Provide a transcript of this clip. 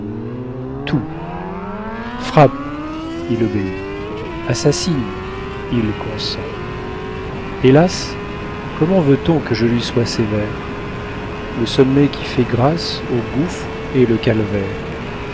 tout frappe il obéit assassine il consent hélas comment veut-on que je lui sois sévère le sommet qui fait grâce au gouffre est le calvaire